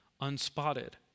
unspotted